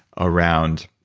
around